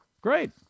Great